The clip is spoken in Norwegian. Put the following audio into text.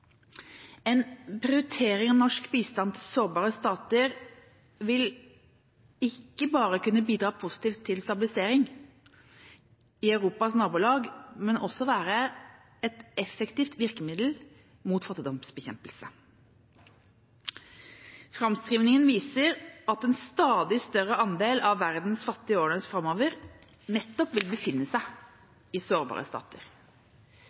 En prioritering av norsk bistand til sårbare stater vil ikke bare kunne bidra positivt til stabilisering i Europas nabolag, men vil også være et effektivt virkemiddel mot fattigdomsbekjempelse. Framskrivingen viser at en stadig større andel av verdens fattige i årene framover nettopp vil befinne seg i sårbare stater.